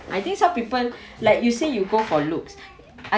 I think some people like you say you go for looks